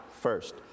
first